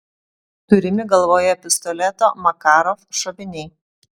turimi galvoje pistoleto makarov šoviniai